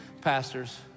pastors